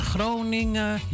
Groningen